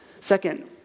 Second